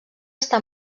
està